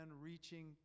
reaching